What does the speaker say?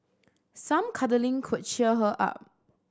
some cuddling could cheer her up